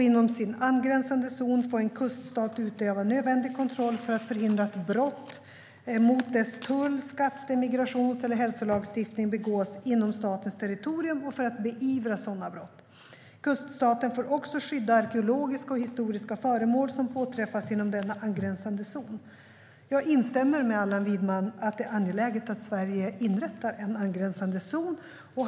Inom sin angränsande zon får en kuststat utöva nödvändig kontroll för att förhindra att brott mot dess tull, skatte, migrations eller hälsolagstiftning begås inom statens territorium och för att beivra sådana brott. Kuststaten får också skydda arkeologiska och historiska föremål som påträffas inom denna angränsande zon. Jag instämmer med Allan Widman i att det är angeläget att Sverige inrättar en angränsande zon.